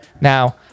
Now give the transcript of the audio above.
Now